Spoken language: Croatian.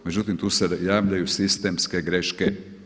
Međutim, tu se javljaju sistemske greške.